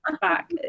back